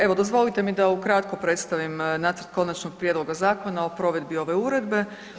Evo, dozvolite mi da ukratko predstavim nacrt konačnog prijedloga zakona o provedbi ove uredbe.